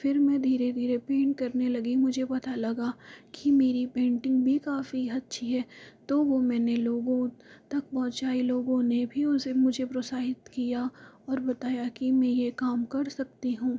फिर मैं धीरे धीरे पेन्ट करने लगी मुझे पता लगा कि मेरी पेंटिंग भी काफ़ी अच्छी है तो वह मैंने लोगों तक पहुँचाई लोगों ने भी उसे मुझे प्रोत्साहित किया और बताया कि यह काम कर सकती हूँ